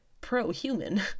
pro-human